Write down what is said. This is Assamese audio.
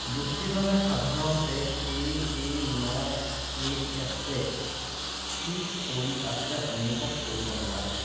ব্যক্তিজনে সাধাৰণতে এ এ ন এ এছ এ কি কৰি আছে অনুভৱ কৰিব নোৱাৰে